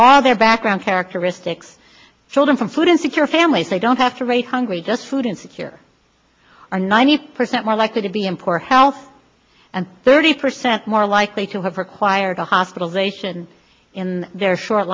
all their background characteristics children from food insecure families they don't have to raise hungry just food insecure are ninety percent more likely to be in port health and thirty percent more likely to have required a hospitalization in